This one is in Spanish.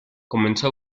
comenzó